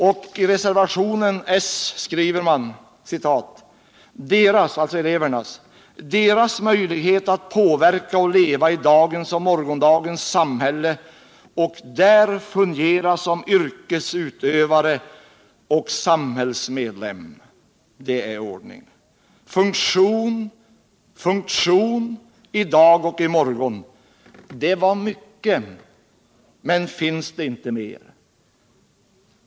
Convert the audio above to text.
— och i sreservationen skriver man om ”deras” — elevernas - ”möjlighet att påverka och leva i dagens och morgondagens samhälle och där fungera som yrkesutövare och samhällsmedlem”. Dot är ordning. Funktion i dag och i morgon — det var mycket. Men finns det intet mer?